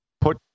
put